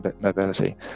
mobility